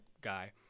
guy